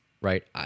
right